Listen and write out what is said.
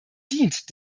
dient